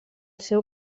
seu